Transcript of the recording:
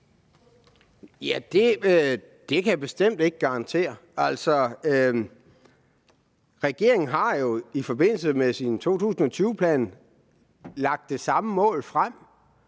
Nej, det kan jeg bestemt ikke garantere. Regeringen har jo i forbindelse med sin 2020-plan lagt det samme mål frem,